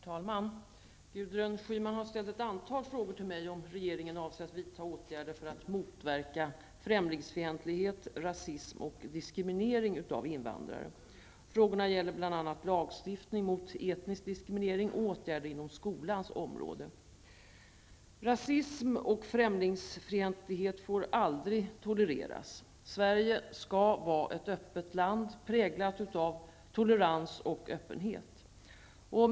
Herr talman! Gudrun Schyman har ställt ett antal frågor till mig om regeringen avser att vidta åtgärder för att motverka främlingsfientlighet, rasism och diskriminering av invandrare. Frågorna gäller bl.a. lagstiftning mot etnisk diskriminering och åtgärder inom skolans område. Rasism och främlingsfientlighet får aldrig tolereras. Sverige skall vara ett öppet land, präglat utav tolerans och öppenhet.